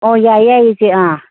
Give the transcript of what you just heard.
ꯑꯣ ꯌꯥꯏꯌꯦ ꯌꯥꯏꯌꯦ ꯏꯆꯦ ꯑꯥ